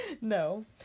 No